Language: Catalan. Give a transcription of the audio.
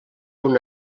una